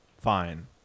fine